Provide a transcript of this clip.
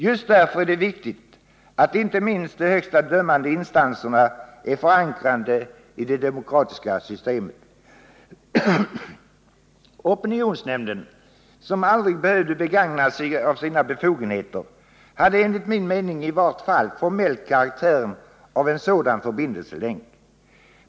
Just därför är det viktigt att inte minst de högsta dömande instanserna är förankrade i det demokratiska systemet. Opinionsnämnden, som aldrig behövde begagna sig av sina befogenheter, hade enligt min mening i varje fall formellt karaktären av en sådan förbindelselänk.